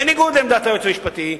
בניגוד לעמדת היועץ המשפטי,